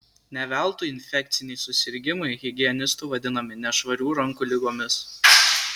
ne veltui infekciniai susirgimai higienistų vadinami nešvarių rankų ligomis